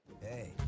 Hey